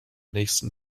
nächsten